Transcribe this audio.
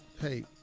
Hey